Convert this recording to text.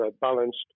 balanced